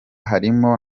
harimo